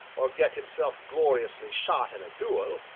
or get himself gloriously shot in a duel,